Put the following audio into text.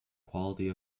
quality